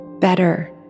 better